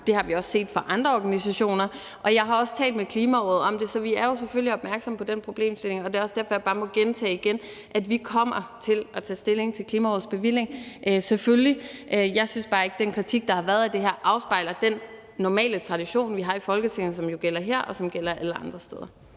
det har vi også set i forbindelse med andre organisationer, og jeg har også talt med Klimarådet om det. Så vi er jo selvfølgelig opmærksomme på den problemstilling, og det er også derfor, jeg bare må gentage, at vi selvfølgelig kommer til at tage stilling til Klimarådets bevilling. Jeg synes bare ikke, at den kritik, der er blevet rejst af det her, afspejler den tradition, vi har i Folketinget, og som både gælder her og alle andre steder.